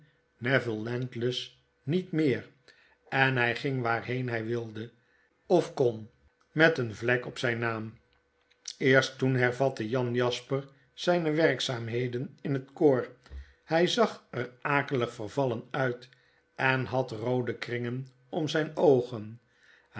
neville landless niet meer en hy ging waarheen hij wilde of kon met een vlek op zyn naam eerst toen hervatte jan jasper zyne werkzaamheden in het koor htj zag er akeligvervallen uit en had roode kringen om zyne oogen